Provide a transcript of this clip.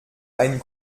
ein